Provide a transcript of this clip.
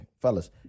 fellas